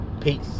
Peace